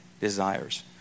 desires